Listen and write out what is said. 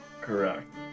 correct